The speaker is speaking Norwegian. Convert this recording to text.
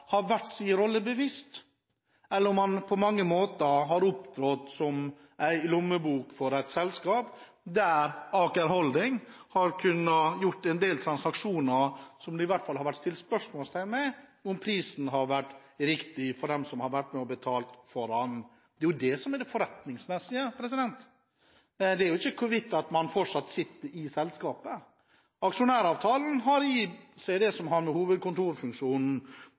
rolle bevisst, eller har den på mange måter opptrådt som en lommebok for et selskap, der Aker Holding har kunnet gjøre en del transaksjoner, som det har vært stilt spørsmål ved om prisen har vært riktig for dem som har vært med å betale for den? Det er det som er det forretningsmessige – det er ikke hvorvidt man fortsatt sitter i selskapet. Aksjonæravtalen har i seg det som har å gjøre med hovedkontorfunksjonen,